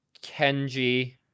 Kenji